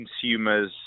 consumers